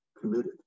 committed